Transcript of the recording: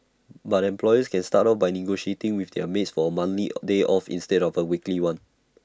but employers can start off by negotiating with their maids for A monthly day off instead of A weekly one